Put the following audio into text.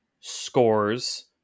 scores